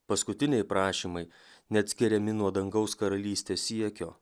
paskutiniai prašymai neatskiriami nuo dangaus karalystės siekio